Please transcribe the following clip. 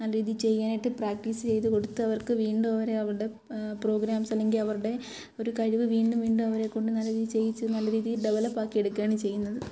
നല്ല രീതി ചെയ്യാനായിട്ട് പ്രാക്ടീസ് ചെയ്ത് കൊടുത്ത് അവർക്ക് വീണ്ടും അവരെ അവരുടെ പ്രോഗ്രാംസ് അല്ലെങ്കിൽ അവരുടെ ഒരു കഴിവ് വീണ്ടും വീണ്ടും അവരെ കൊണ്ട് നല്ല രീതി ചെയ്യിച്ച് നല്ല രീതിയിൽ ഡെവലപ്പ് ആക്കി എടുക്കുകയാണ് ചെയ്യുന്നത്